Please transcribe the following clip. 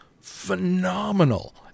phenomenal